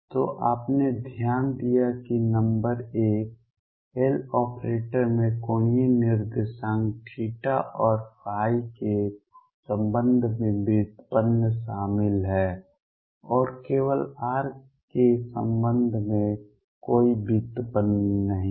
तो आपने ध्यान दिया कि नंबर एक Loperator में कोणीय निर्देशांक θ और ϕ के संबंध में व्युत्पन्न शामिल है और केवल r के संबंध में कोई व्युत्पन्न नहीं है